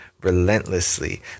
relentlessly